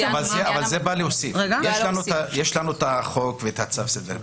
--- יש לנו את החוק ואת צו הסדר הפלילי,